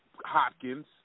Hopkins